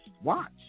Watch